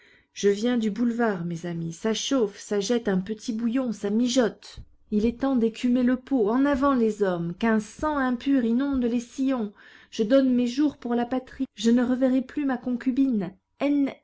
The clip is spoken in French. je viens du boulevard mes amis ça chauffe ça jette un petit bouillon ça mijote il est temps d'écumer le pot en avant les hommes qu'un sang impur inonde les sillons je donne mes jours pour la patrie je ne reverrai plus ma concubine